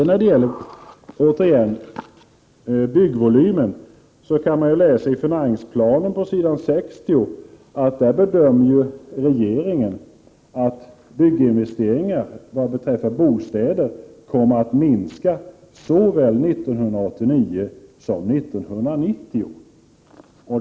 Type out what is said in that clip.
När det gäller byggvolymen kan man läsa i finansplanen på s. 60 att regeringen bedömer att bygginvesteringarna beträffande bostäder kommer att minska såväl 1989 som 1990.